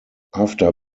after